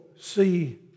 see